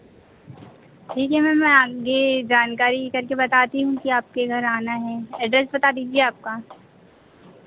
ठीक है मैम मैं आगे जानकारी कर के बताती हूँ कि आपके घर आना है एड्रेस बता दीजिए आपका